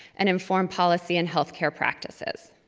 and inform policy and health care practices.